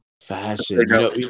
Fashion